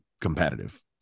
competitive